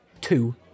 Two